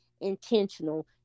intentional